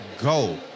go